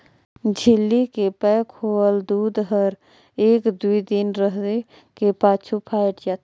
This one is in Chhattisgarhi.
झिल्ली के पैक होवल दूद हर एक दुइ दिन रहें के पाछू फ़ायट जाथे